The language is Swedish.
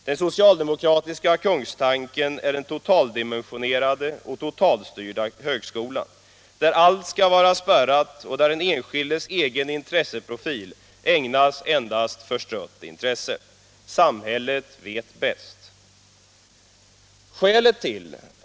Den socialdemokratiska kungstanken är den totaldimensionerade och totalstyrda högskolan, där allt skall vara spärrat och där den enskildes intresseprofil ägnas endast förstrött intresse. Samhället vet bäst.